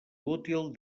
útil